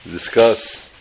discuss